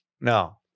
No